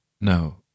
No